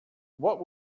what